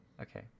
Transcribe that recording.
okay